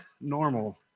normal